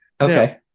Okay